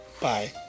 Bye